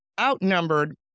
Outnumbered